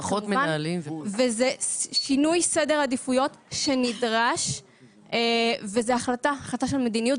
זה שינוי סדר עדיפויות שנדרש וזה החלטה של מדיניות.